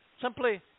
Simply